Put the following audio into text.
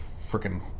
freaking